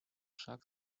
шаг